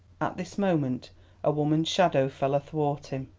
at this moment a woman's shadow fell athwart him.